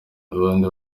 abandi